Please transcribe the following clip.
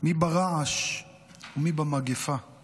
מי ברעש ומי במגפה /